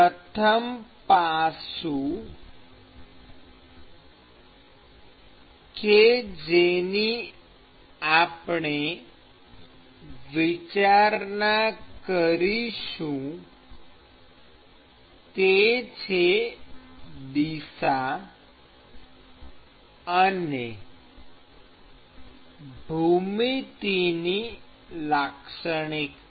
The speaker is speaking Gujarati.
પ્રથમ પાસું કે જેની આપણે વિચારણા કરીશું તે છે દિશા અને ભૂમિતિ ની લાક્ષણિકતા